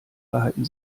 verhalten